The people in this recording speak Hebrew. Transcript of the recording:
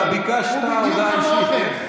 אתה ביקשת הודעה אישית.